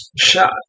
shot